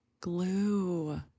glue